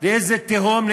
לאיזו תהום?